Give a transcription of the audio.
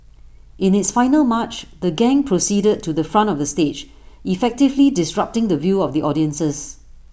in its final March the gang proceeded to the front of the stage effectively disrupting the view of the audiences